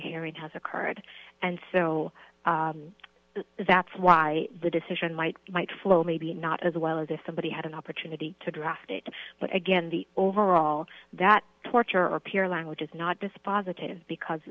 hearing has occurred and so that's why the decision might might flow maybe not as well as if somebody had an opportunity to draft it but again the overall that torture appear language is not dispositive because